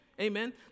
amen